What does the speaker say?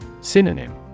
Synonym